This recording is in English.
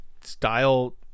style